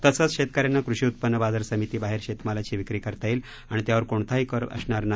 तसंच शेतकऱ्यांना कृषी उत्पन्न बाजार समितीबाहेर शेतमालाची विक्री करता येईल आणि त्यावर कोणताही कर असणार नाही